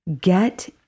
get